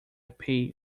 pay